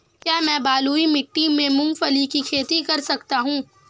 क्या मैं बलुई मिट्टी में मूंगफली की खेती कर सकता हूँ?